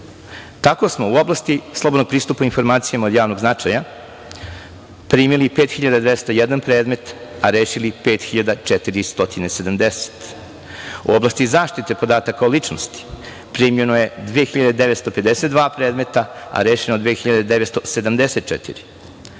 smo u oblasti slobodnog pristupa informacijama od javnog značaja primili 5.201 predmet a rešili 5.470. U oblasti zaštite podataka o ličnosti primljeno je 2.952 predmeta a rešeno 2.974.